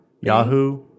Yahoo